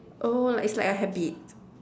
oh like it's like a habit